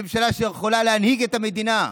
ממשלה שיכולה להנהיג את המדינה.